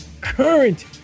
Current